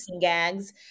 gags